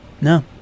No